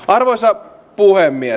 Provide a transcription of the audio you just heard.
arvoisa puhemies